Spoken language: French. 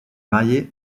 marié